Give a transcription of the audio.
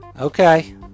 Okay